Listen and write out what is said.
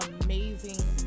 amazing